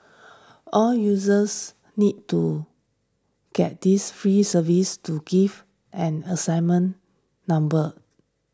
all users need to get this free service to give an assignment number